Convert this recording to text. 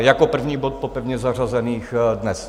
Jako první bod po pevně zařazených dnes.